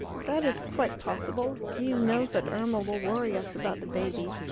that is quite possible. he knows that irma will worry us about the baby.